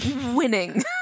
winning